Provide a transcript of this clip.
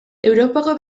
europako